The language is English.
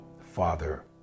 father